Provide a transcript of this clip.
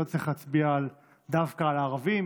לא צריך להצביע דווקא על הערבים.